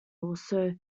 also